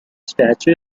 statue